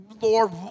Lord